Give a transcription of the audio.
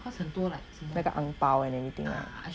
cause 很多 like 那个 ang bao then yeah